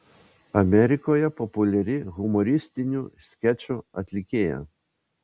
amerikoje populiari humoristinių skečų atlikėja